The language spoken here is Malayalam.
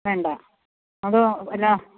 വേണ്ട അതോ അല്ല